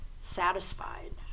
satisfied